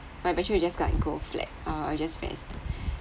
but you actually just got in go flat uh just rest